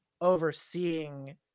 overseeing